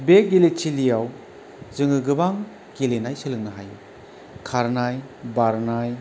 बे गेलेथिलियाव जोङो गोबां गेलेनाय सोलोंनो हायो खारनाय बारनाय